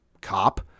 cop